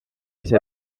ise